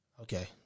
okay